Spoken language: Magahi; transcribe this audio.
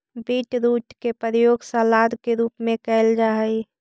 बीटरूट के प्रयोग सलाद के रूप में कैल जा हइ